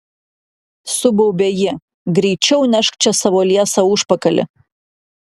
subaubė ji greičiau nešk čia savo liesą užpakalį